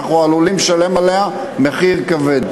ואנחנו עלולים לשלם עליה מחיר כבד.